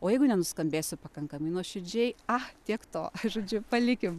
o jeigu nenuskambėsiu pakankamai nuoširdžiai a tiek to žodžiu palikim